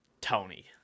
Tony